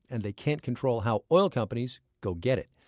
and they can't control how oil companies go get it.